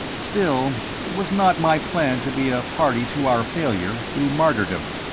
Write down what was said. still it was not my plan to be a party to our failure through martyrdom.